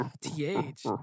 TH